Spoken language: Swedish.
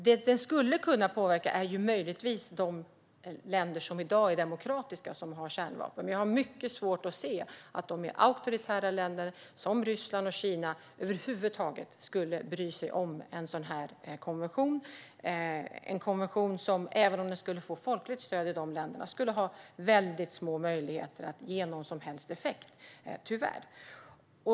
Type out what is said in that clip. Den skulle möjligtvis kunna påverka de länder som i dag är demokratiska som har kärnvapen. Men jag har mycket svårt att se att auktoritära länder som Ryssland och Kina över huvud taget skulle bry sig om en sådan här konvention. Även om den skulle få folkligt stöd i de länderna skulle den tyvärr ha små möjligheter att ge någon som helst effekt.